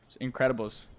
Incredibles